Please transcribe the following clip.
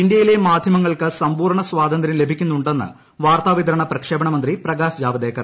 ഇന്ത്യയിലെ മാധ്യമങ്ങൾക്ക് സമ്പൂർണ്ണ സ്വാതന്ത്രൃം ലഭിക്കുന്നുണ്ടെന്ന് വാർത്താ വിതരണ പ്രക്ഷേപണ മന്ത്രി പ്രകാശ് ജാവ്ദേക്കർ